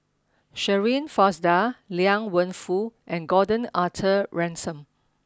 Shirin Fozdar Liang Wenfu and Gordon Arthur Ransome